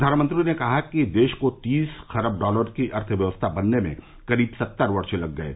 प्रधानमंत्री ने कहा कि देश को तीस खरब डॉलर की अर्थव्यवस्था बनने में करीब सत्तर वर्ष लग गये